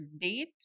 date